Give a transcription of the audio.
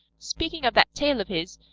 speaking of that tail of his,